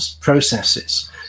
processes